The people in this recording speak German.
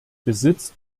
besitzt